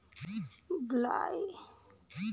बालुई माटी में कौन फसल के पैदावार ज्यादा होला?